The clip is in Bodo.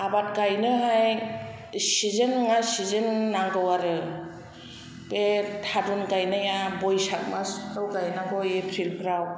आबाद गायनोहाय सिजोन नङा सिजोन नांगौ आरो बे थारुन गायनाया बैसाग मासफोराव गायनांगौ एप्रिलफोराव